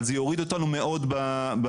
אבל זה יוריד אותנו מאוד במדרג.